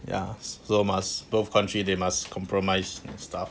ya so must both country they must compromise and stuff